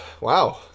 wow